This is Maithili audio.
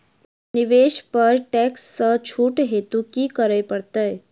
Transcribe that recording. निवेश पर टैक्स सँ छुट हेतु की करै पड़त?